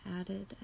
added